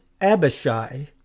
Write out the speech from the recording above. Abishai